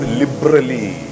liberally